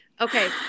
Okay